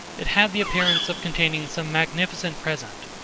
it had the appearance of containing some magnificent present,